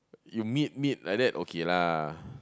you meet meet like that okay lah